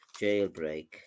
jailbreak